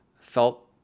felt